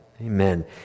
Amen